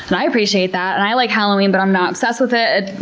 and i appreciate that and i like halloween, but i'm not obsessed with it.